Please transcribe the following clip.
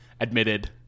admitted